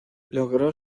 logró